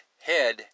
head